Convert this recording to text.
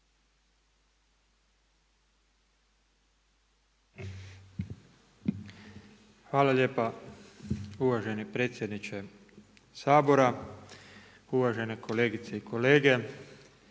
Hvala lijepa uvaženi predsjedniče SAbora. Uvažene kolegice i kolege.